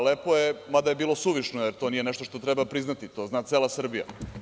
Lepo je, mada je bilo suvišno, jer to nije nešto što treba priznati, to zna cela Srbija.